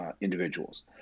individuals